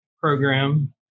program